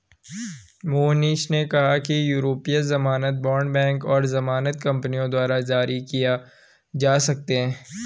मोहनीश ने कहा कि यूरोपीय ज़मानत बॉण्ड बैंकों और ज़मानत कंपनियों द्वारा जारी किए जा सकते हैं